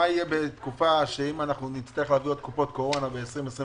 במצב שאין תקציב מה אם נצטרך להביא עוד קופות קורונה בשנת 2021?